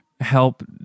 help